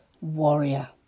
warrior